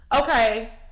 Okay